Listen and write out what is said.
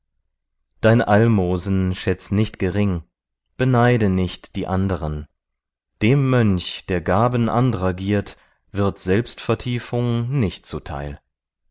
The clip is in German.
dein almosen schätz nicht gering beneide nicht die anderen dem mönch der gaben andrer giert wird selbstvertiefung nicht zuteil